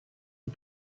die